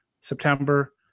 September